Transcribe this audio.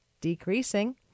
decreasing